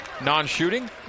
Non-shooting